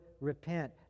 repent